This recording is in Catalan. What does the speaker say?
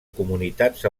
comunitats